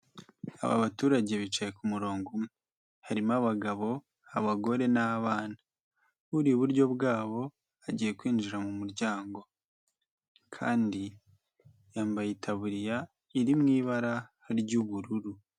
Aba baturage bicaye ku murongo umwe. Harimo abagabo, abagore n'abana. Uri iburyo bwabo agiye kwinjira mu muryango kandi yambaye itaburiya iri mu ibara ry'ubururu.